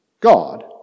God